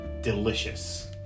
delicious